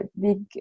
big